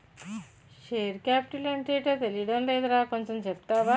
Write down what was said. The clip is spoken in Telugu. షేర్ కాపిటల్ అంటేటో తెలీడం లేదురా కొంచెం చెప్తావా?